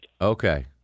Okay